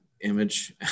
image